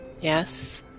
Yes